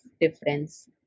difference